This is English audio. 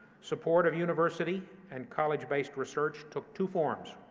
support of university and college-based research took two forms,